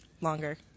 longer